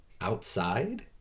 outside